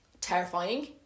terrifying